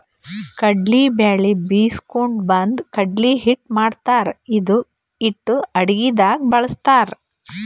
ಕಡ್ಲಿ ಬ್ಯಾಳಿ ಬೀಸ್ಕೊಂಡು ಬಂದು ಕಡ್ಲಿ ಹಿಟ್ಟ್ ಮಾಡ್ತಾರ್ ಇದು ಹಿಟ್ಟ್ ಅಡಗಿದಾಗ್ ಬಳಸ್ತಾರ್